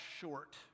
short